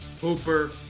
Hooper